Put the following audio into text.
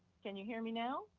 can you hear me now?